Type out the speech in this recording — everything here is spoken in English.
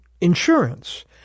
insurance